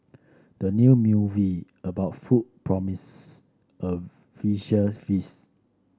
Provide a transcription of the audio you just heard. the new movie about food promises a visual feast